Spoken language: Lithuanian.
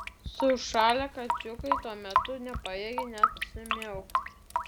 sušalę kačiukai tuo metu nepajėgė net sumiaukti